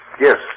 yes